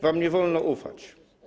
Wam nie wolno ufać.